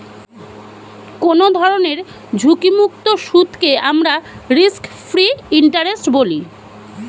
কোনো ধরনের ঝুঁকিমুক্ত সুদকে আমরা রিস্ক ফ্রি ইন্টারেস্ট বলি